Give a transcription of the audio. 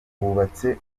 bubatse